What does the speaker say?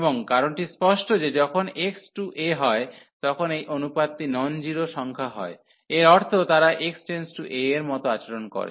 এবং কারণটি স্পষ্ট যে যখন x→ a হয় তখন এই অনুপাতটি নন জিরো সংখ্যা হয় এর অর্থ তারা x → a এর মতো আচরণ করে